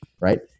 right